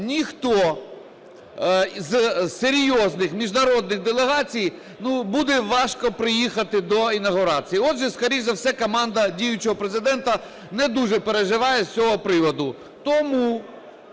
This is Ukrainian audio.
ніхто із серйозних міжнародних делегацій… Ну, буде важко приїхати до інавгурації. Отже, скоріш за все, команда діючого Президента не дуже переживає з цього приводу.